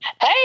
Hey